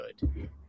good